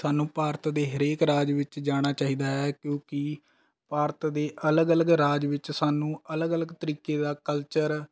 ਸਾਨੂੰ ਭਾਰਤ ਦੇ ਹਰੇਕ ਰਾਜ ਵਿੱਚ ਜਾਣਾ ਚਾਹੀਦਾ ਹੈ ਕਿਉਂਕਿ ਭਾਰਤ ਦੇ ਅਲੱਗ ਅਲੱਗ ਰਾਜ ਵਿੱਚ ਸਾਨੂੰ ਅਲੱਗ ਅਲੱਗ ਤਰੀਕੇ ਦਾ ਕਲਚਰ